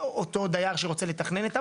אותו דייר שרוצה לתכנון את המס,